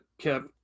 kept